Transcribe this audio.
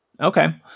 Okay